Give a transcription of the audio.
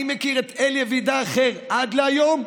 אני מכיר את אלי אבידר אחר עד היום,